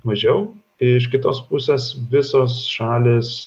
mažiau iš kitos pusės visos šalys